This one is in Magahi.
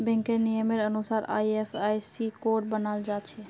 बैंकेर नियमेर अनुसार आई.एफ.एस.सी कोड बनाल जाछे